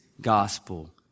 gospel